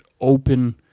open